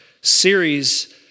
series